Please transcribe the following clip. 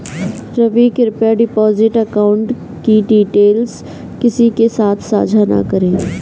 रवि, कृप्या deposit account की details किसी के साथ सांझा न करें